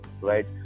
right